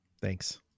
Thanks